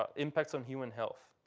ah impacts on human health.